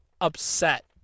upset